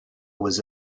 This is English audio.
was